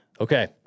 Okay